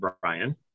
Brian